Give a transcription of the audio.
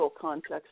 context